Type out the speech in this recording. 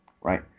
right